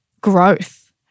growth